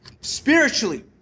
Spiritually